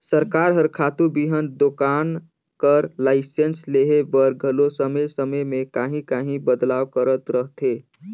सरकार हर खातू बीहन दोकान कर लाइसेंस लेहे बर घलो समे समे में काहीं काहीं बदलाव करत रहथे